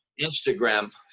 Instagram